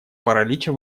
паралича